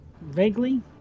vaguely